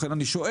לכן אני שואל.